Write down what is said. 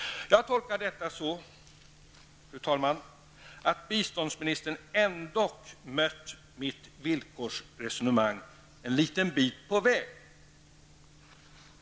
Jag tolkar detta så att biståndsministern ändå mött mitt villkorsresonemang en liten bit på väg.